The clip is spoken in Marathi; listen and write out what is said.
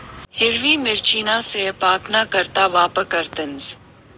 हिरवी मिरचीना सयपाकना करता वापर करतंस